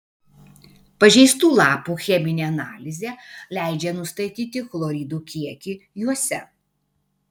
pažeistų lapų cheminė analizė leidžia nustatyti chloridų kiekį juose